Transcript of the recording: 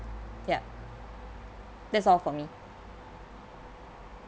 ya that's all for me